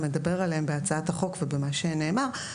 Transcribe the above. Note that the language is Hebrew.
מדבר עליהם בהצעת החוק ובמה שנאמר,